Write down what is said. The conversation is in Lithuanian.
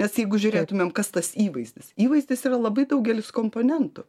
nes jeigu žiūrėtumėm kas tas įvaizdis įvaizdis yra labai daugelis komponentų